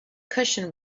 cushion